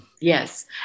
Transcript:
Yes